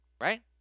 right